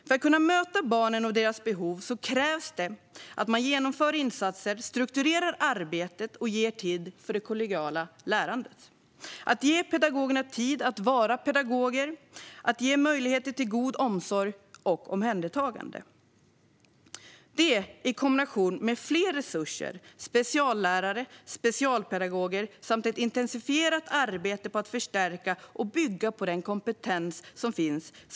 För att kunna möta barnen och deras behov krävs det att man genomför insatser, strukturerar arbetet och ger tid till det kollegiala lärandet. Det handlar om att ge pedagogerna tid att vara pedagoger och att ge möjligheter till god omsorg och omhändertagande, i kombination med fler resurser, speciallärare och specialpedagoger samt ett intensifierat arbete för att förstärka och bygga på den kompetens som finns.